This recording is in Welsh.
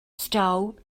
stow